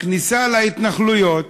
בכניסה להתנחלויות,